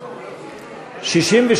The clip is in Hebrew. הוועדה, נתקבל.